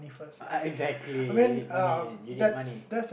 exactly I need money and you need money